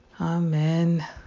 Amen